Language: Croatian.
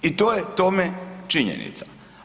I to je tome činjenica.